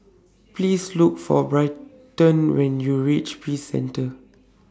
Please Look For Britton when YOU REACH Peace Centre